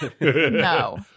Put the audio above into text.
No